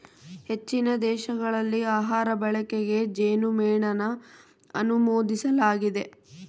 ಹೆಚ್ಚಿನ ದೇಶಗಳಲ್ಲಿ ಆಹಾರ ಬಳಕೆಗೆ ಜೇನುಮೇಣನ ಅನುಮೋದಿಸಲಾಗಿದೆ